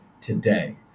today